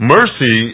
Mercy